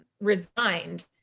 resigned